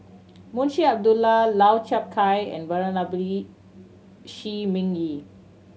Munshi Abdullah Lau Chiap Khai and Venerable Shi Ming Yi